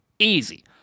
Easy